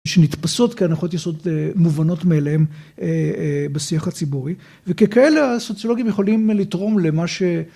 שנתפסות כהנחות יסוד מובנות מאליהן בשיח הציבורי, וככאלה הסוציולוגים יכולים לתרום למה ש...